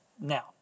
now